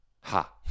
Ha